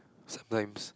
sometimes